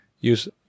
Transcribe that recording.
use